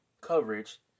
coverage